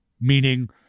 meaning